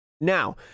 Now